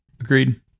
agreed